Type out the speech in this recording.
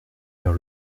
vers